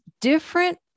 different